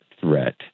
threat